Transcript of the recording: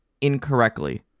incorrectly